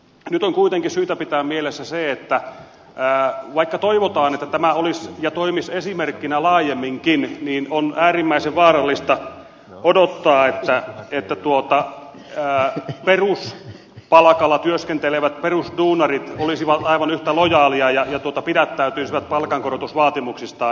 nyt on kuitenkin syytä pitää mielessä se että vaikka toivotaan että tämä olisi ja toimisi esimerkkinä laajemminkin niin on äärimmäisen vaarallista odottaa että peruspalkalla työskentelevät perusduu narit olisivat aivan yhtä lojaaleja ja pidättäytyisivät palkankorotusvaatimuksistaan